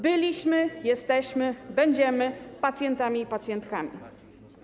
Byliśmy, jesteśmy, będziemy pacjentami i pacjentkami.